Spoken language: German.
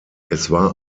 war